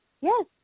Yes